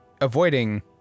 avoiding